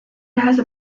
has